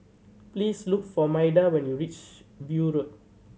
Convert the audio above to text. please look for Maida when you reach View Road